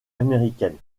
américaines